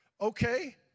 Okay